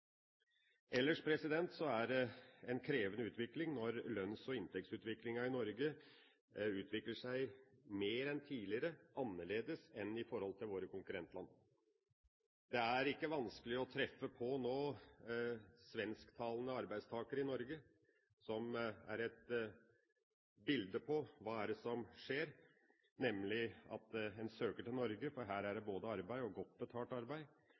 er det krevende når lønns- og inntektsnivået i Norge mer enn tidligere utvikler seg annerledes enn i våre konkurrentland. Det er nå ikke vanskelig å treffe på svensktalende arbeidstakere i Norge, som er et bilde på hva som skjer, nemlig at en søker til Norge fordi det her er både arbeid og godt betalt arbeid.